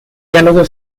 diálogo